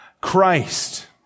Christ